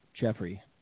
Jeffrey